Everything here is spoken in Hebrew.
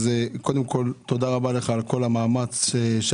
אז קודם כל תודה רבה לך על כל המאמץ שעשית.